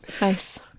nice